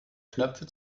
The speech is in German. knöpfe